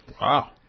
Wow